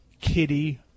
kitty